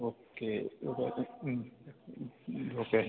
okay you got it okay